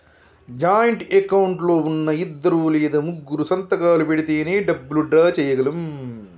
joint account లో ఉన్నా ఇద్దరు లేదా ముగ్గురూ సంతకాలు పెడితేనే డబ్బులు డ్రా చేయగలం